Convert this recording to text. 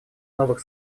новых